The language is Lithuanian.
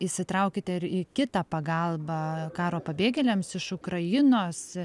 įsitraukėte ir į kitą pagalbą karo pabėgėliams iš ukrainos